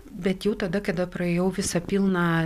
bet jau tada kada praėjau visą pilną